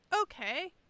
okay